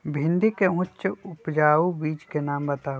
भिंडी के उच्च उपजाऊ बीज के नाम बताऊ?